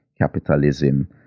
capitalism